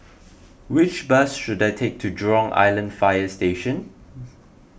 which bus should I take to Jurong Island Fire Station